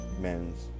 Men's